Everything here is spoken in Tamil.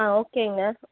ஆ ஓகேங்க